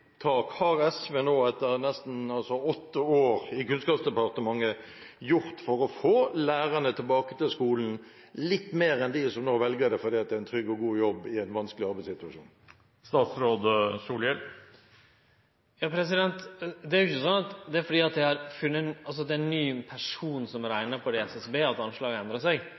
har SV, etter nå nesten åtte år i Kunnskapsdepartementet, gjort for å få lærerne tilbake til skolen – utover dem som nå velger det fordi det er en trygg og god jobb i en vanskelig arbeidssituasjon? Det er ikkje slik at det er ein ny person som har rekna på det i SSB, at anslaget endrar seg. Det er fordi det no kjem fleire som